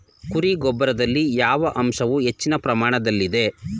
ಕುರಿ ಗೊಬ್ಬರದಲ್ಲಿ ಯಾವ ಅಂಶವು ಹೆಚ್ಚಿನ ಪ್ರಮಾಣದಲ್ಲಿದೆ?